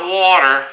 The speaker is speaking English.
water